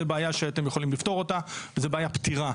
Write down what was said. זה בעיה שאתם יכולים לפתור אותה וזה בעיה פתירה.